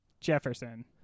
Jefferson